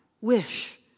wish